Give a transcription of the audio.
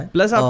Plus